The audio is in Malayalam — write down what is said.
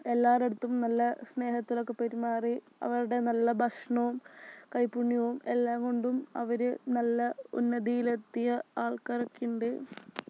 എല്ലവരുടെ അടുത്തും നല്ല സ്നേഹത്തിലൊക്കെ പെരുമാറി അവരുടെ നല്ല ഭക്ഷണവും കൈപ്പുണ്യവും എല്ലാം കൊണ്ടും അവര് നല്ല ഉന്നതിയിലെത്തിയ ആൾക്കാരൊക്കെ ഉണ്ട്